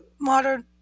Modern